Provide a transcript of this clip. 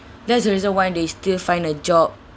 that's the reason why they still find a job